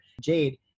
jade